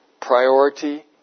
priority